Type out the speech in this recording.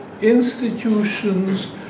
institutions